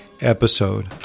episode